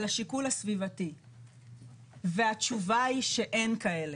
על השיקול הסביבתי והתשובה היא שאין כאלה,